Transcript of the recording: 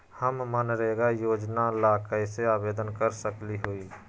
हम मनरेगा योजना ला कैसे आवेदन कर सकली हई?